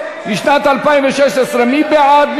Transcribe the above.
לשנת 2016. מי בעד?